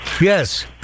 Yes